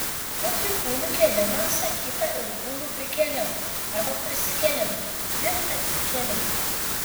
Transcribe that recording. vietoj kūnų kėlimą sakyta ir kūno prikėlimą arba prisikėlimą net atsikėlimą